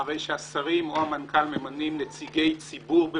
הרי שהשרים או המנכ"ל ממנים "נציגי ציבור"